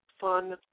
fun